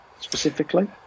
specifically